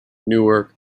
newark